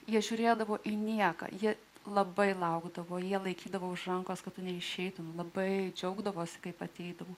jie žiūrėdavo į nieką jie labai laukdavo jie laikydavo už rankos kad tu neišeitumei labai džiaugdavosi kaip ateitumei